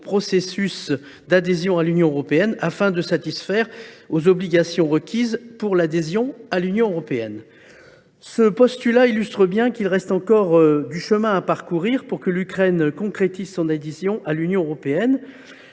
son processus d’adhésion à l’Union européenne, afin de satisfaire aux obligations requises pour cela. Ce postulat illustre bien qu’il reste encore du chemin à parcourir pour que l’Ukraine concrétise son adhésion à l’Union européenne.